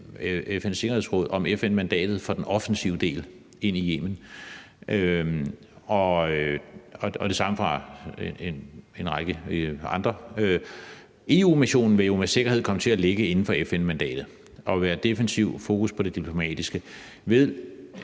Frankrig, om FN-mandatet for den offensive del ind i Yemen, og det samme fra en række andre. EU-missionen vil jo med sikkerhed komme til at ligge inden for FN-mandatet og være defensiv med fokus på det diplomatiske.